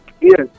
yes